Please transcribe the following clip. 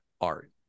art